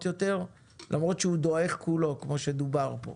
יותר למרות שהוא דועך כמו שנאמר כאן.